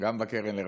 גם בקרן לרווחה.